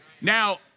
Now